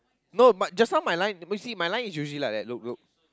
no but just now my line if you see my line is usually like that look look